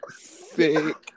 sick